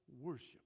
worship